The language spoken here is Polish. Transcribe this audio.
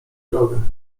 drogę